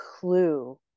clue